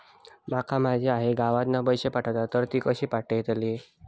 माका माझी आई गावातना पैसे पाठवतीला तर ती कशी पाठवतली?